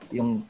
Yung